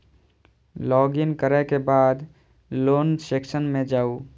log in करै के बाद लोन सेक्शन मे जाउ